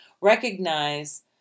recognize